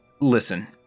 Listen